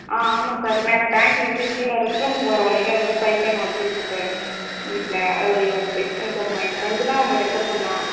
ஆ ஆமாம் சார் மேலே டேங்க்லந்து கீழே ரெஸ்ட் ரூம்க்கு போகிற வழியில வந்து பைப்லைன் உடச்சிகிச்சு சார் வீட்டில் நீங்கள் அதை நீங்கள் ஃபிக்ஸ் பண்ணி தரணும் என் ஃப்ரண்ட் தான் உங்களை ரெஃபர் பண்ணா